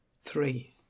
Three